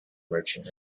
merchant